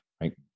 right